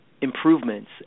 improvements